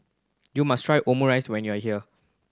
you must try Omurice when you are here